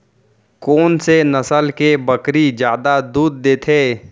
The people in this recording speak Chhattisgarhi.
कोन से नस्ल के बकरी जादा दूध देथे